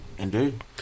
Indeed